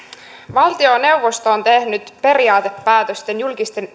valtioneuvosto on tehnyt periaatepäätöksen julkisten